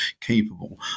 capable